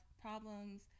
problems